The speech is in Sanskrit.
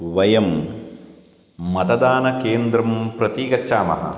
वयं मतदानकेन्द्रं प्रतिगच्छामः